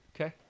Okay